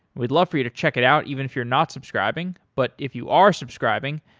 we'd love for you to check it out even if you're not subscribing, but if you are subscribing,